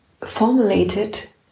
formulated